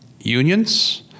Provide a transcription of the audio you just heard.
unions